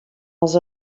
els